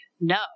No